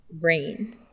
Rain